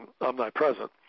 omnipresent